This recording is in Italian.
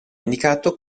indicato